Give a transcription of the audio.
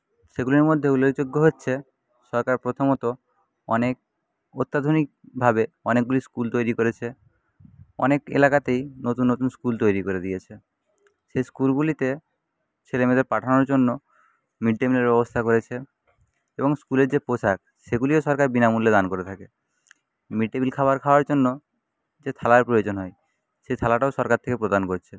সেগুলোর মধ্যে উল্লেখযোগ্য হচ্ছে সরকার প্রথমত অনেক অত্যাধুনিকভাবে অনেকগুলি স্কুল তৈরি করেছে অনেক এলাকাতেই নতুন নতুন স্কুল তৈরি করে দিয়েছে সেই স্কুলগুলিতে ছেলেমেয়েদের পাঠানোর জন্য মিডডে মিলের ব্যবস্থা করেছে এবং স্কুলের যে পোশাক সেগুলিও সরকার বিনামূল্যে দান করে থাকে মিডডে মিল খাবার খাওয়ার জন্য যে থালার প্রয়োজন হয় সে থালাটাও সরকার থেকে প্রদান করছে